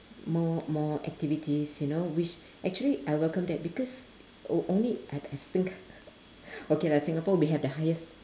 more more activities you know which actually I welcome that because o~ only I I think okay lah singapore we have the highest